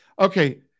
Okay